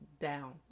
down